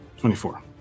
24